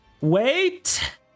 Wait